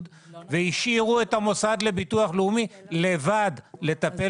והשאירו את המוסד לביטוח לאומי לטפל בהם לבד.